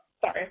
Sorry